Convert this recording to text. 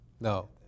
No